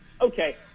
okay